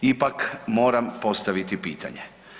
Ipak moram postaviti pitanje.